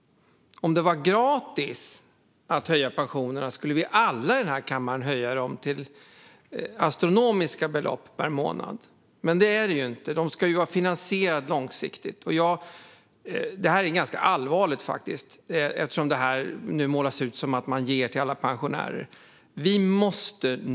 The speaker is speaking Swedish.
Om det var gratis att höja pensionerna skulle vi alla i den här kammaren höja dem till astronomiska belopp per månad. Men det är det ju inte. De ska ju vara finansierade långsiktigt. Det här är ganska allvarligt, faktiskt, för man målar upp en bild av att man ger till alla pensionärer.